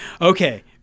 Okay